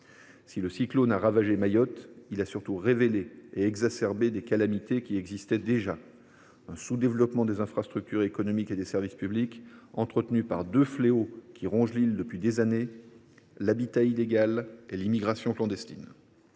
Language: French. Si le cyclone a ravagé Mayotte, il a surtout révélé et exacerbé des calamités qui existaient déjà : un sous développement des infrastructures économiques et des services publics, entretenu par deux fléaux qui rongent l’île depuis des années : l’habitat illégal et l’immigration clandestine.